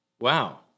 Wow